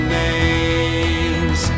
names